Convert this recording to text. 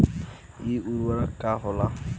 इ उर्वरक का होला?